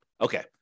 Okay